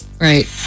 Right